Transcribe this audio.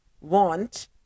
want